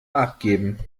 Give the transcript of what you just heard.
abgeben